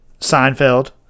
Seinfeld